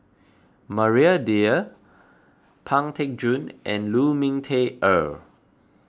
Maria Dyer Pang Teck Joon and Lu Ming Teh Earl